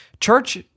Church